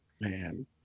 Man